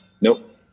Nope